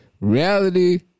reality